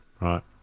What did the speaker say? right